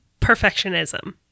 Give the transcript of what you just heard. Perfectionism